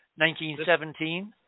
1917